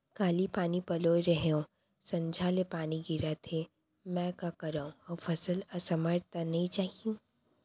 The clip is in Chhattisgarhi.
काली पानी पलोय रहेंव, संझा ले पानी गिरत हे, मैं का करंव अऊ फसल असमर्थ त नई जाही?